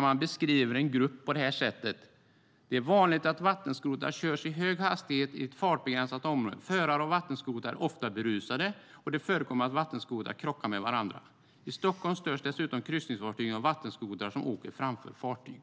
Man beskriver en grupp på det här sättet: "Det är vanligt att vattenskotrar körs i hög hastighet i ett fartbegränsat område, förare av vattenskotrar är ofta berusade och det förekommer att vattenskotrar krockar med varandra. I Stockholm störs dessutom kryssningstrafiken av vattenskotrar som åker framför fartyg."